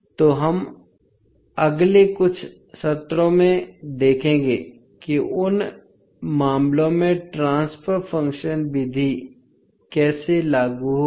तोहम अगले कुछ सत्रों में देखेंगे कि उन मामलों में ट्रांसफर फ़ंक्शन विधि कैसे लागू होगी